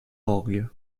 orgue